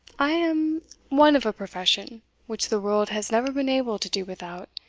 i am one of a profession which the world has never been able to do without,